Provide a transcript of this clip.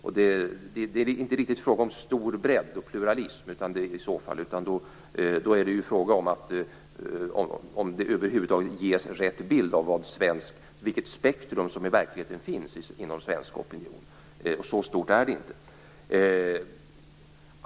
Då är det inte fråga om stor bredd och pluralism, utan då är det fråga om ifall det över huvud taget ges rätt bild av det spektrum som i verkligheten finns inom svensk opinion, vilket inte är så stort.